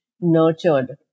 nurtured